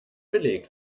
belegt